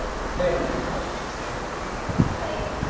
and with family i don't. so it sounds like,